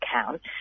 account